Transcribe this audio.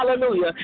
Hallelujah